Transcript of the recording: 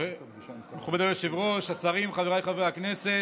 מכובדי היושב-ראש, השרים, חבריי חברי הכנסת,